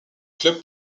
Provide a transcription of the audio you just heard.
club